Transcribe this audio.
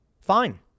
Fine